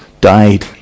died